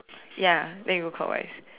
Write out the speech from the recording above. ya then we go clockwise